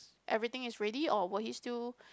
everything is ready or will he still